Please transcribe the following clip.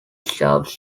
shafts